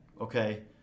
Okay